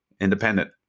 independent